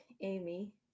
Amy